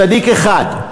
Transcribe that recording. צדיק אחד,